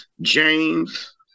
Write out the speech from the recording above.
James